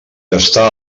està